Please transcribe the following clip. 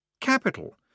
Capital